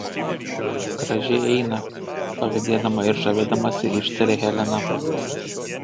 gražiai eina pavydėdama ir žavėdamasi ištarė helena